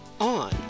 on